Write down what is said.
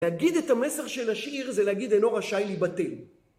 להגיד את המסך של השיר זה להגיד אינו רשאי להיבטל